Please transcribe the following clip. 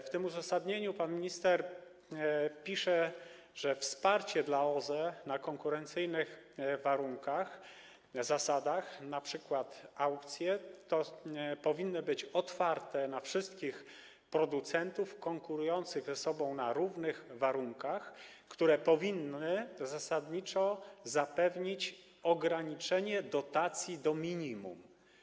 W tym uzasadnieniu pan minister pisze, że wsparcie dla OZE na konkurencyjnych warunkach, zasadach... np. aukcje powinny być otwarte dla wszystkich producentów konkurujących ze sobą na równych warunkach, które powinny zasadniczo zapewnić ograniczenie dotacji do minimum.